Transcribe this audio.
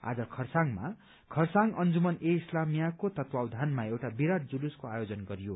आज खरसाङमा खरसाङ अन्जुमन ए इस्लामियाको तत्वावधानमा एउटा विराट जुलुसको आयोजन गरियो